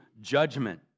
judgment